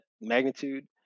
magnitude